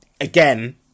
again